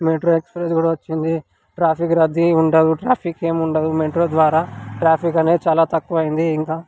metro express కూడా వచ్చింది traffic రద్దీ ఉండదు ట్రాఫిక్ ఏమీ ఉండదు మెట్రో ద్వారా ట్రాఫిక్ అనేది చాలా తక్కువైంది ఇంకా